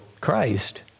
Christ